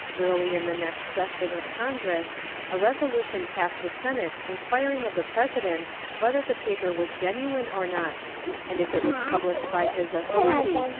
early in the next session of congress a resolution passed the senate inquiring of the president whether the paper was genuine or not and if it was published by his authority,